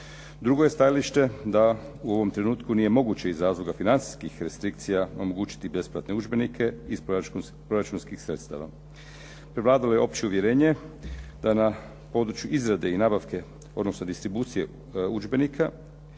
Drugo je stajalište da u ovom trenutku nije moguće iz razloga financijskih restrikcija omogućiti besplatne udžbenike iz proračunskih sredstava. Prevladalo je opće uvjerenje da na području izrade i nabavke odnosno distribucije udžbenika